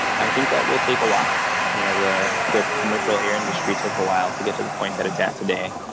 i think that will take a while you know the the commercial air industry took a while to get to the point that it's at today.